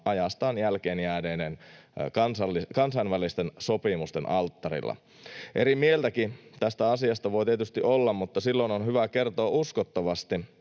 ajastaan jälkeen jääneiden kansainvälisten sopimusten alttarilla. Eri mieltäkin tästä asiasta voi tietysti olla, mutta silloin on hyvä kertoa uskottavasti,